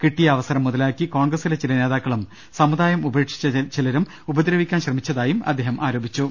കിട്ടിയ അവസരം മുതലാക്കി കോൺഗ്ര സിലെ ചില നേതാക്കളും സമുദായം ഉപേക്ഷിച്ച ചിലരും ഉപദ്രവിക്കാൻ ശ്രമിച്ചതായും അദ്ദേഹം ആരോപിച്ചു